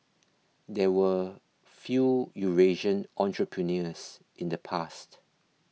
there were few Eurasian entrepreneurs in the past